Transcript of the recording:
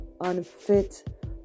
unfit